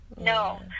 no